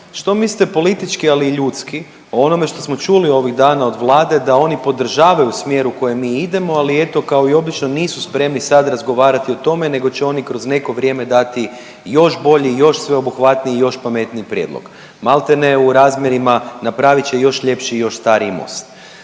što mislite politički, ali i ljudski o onome što smo čuli ovih dana od Vlade da oni podržavaju smjer u kojem mi idemo, ali eto kao i obično nisu spremni sad razgovarati o tome, nego će oni kroz neko vrijeme dati još bolji, još sveobuhvatniji, još pametniji prijedlog, maltene u razmjerima napravit će još ljepši i još stariji most.